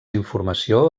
informació